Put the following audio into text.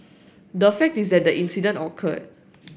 the fact is that the incident occurred